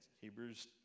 Hebrews